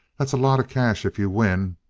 that's a lot of cash if you win.